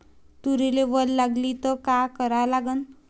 तुरीले वल लागली त का करा लागन?